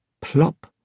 Plop